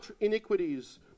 iniquities